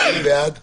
ברעיון